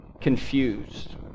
Confused